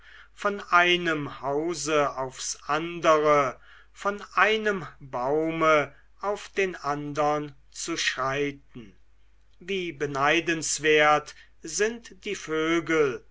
von einem hause aufs andere von einem baume auf den andern zu schreiten wie beneidenswert sind die vögel